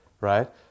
right